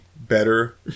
better